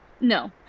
No